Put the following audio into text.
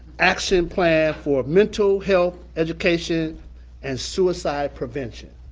action plan for mental health education and suicide prevention.